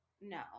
No